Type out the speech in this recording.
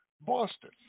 Boston